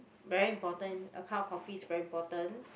very important account probably is very important